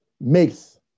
makes